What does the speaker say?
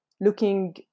looking